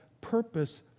purpose